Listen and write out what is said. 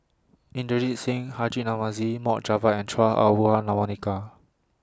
Inderjit Singh Haji Namazie Mohd Javad and Chua Ah Huwa Monica